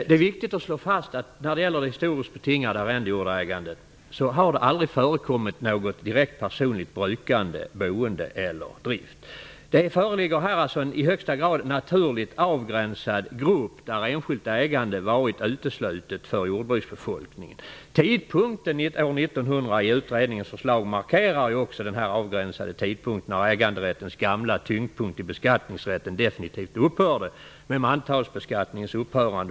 Fru talman! När det gäller historiskt betingat arrendejordägande är det viktigt att slå fast att det aldrig har förekommit något direkt personligt brukande och boende eller någon personlig drift. Här föreligger alltså en i högsta grad naturligt avgränsad grupp, dvs. att enskilt ägande varit uteslutet för jordbruksbefolkningen. Tidpunkten i utredningens förslag markerar ju också den avgränsade tidpunkten, då äganderättens gamla tyngdpunkt i beskattningsrätten definitivt upphävdes i och med mantalsbeskattningens upphörande.